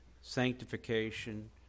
sanctification